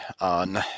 on